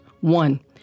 One